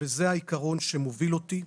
וזה העיקרון שמוביל אותי.